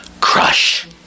crush